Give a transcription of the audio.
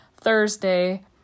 Thursday